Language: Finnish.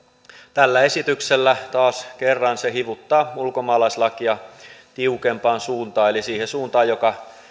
tällä esityksellä taas kerran se hivuttaa ulkomaalaislakia tiukempaan suuntaan eli siihen suuntaan joka